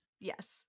yes